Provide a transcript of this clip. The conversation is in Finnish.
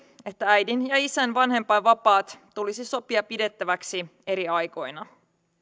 että äidin ja isän vanhempainvapaat tulisi sopia pidettäväksi eri aikoina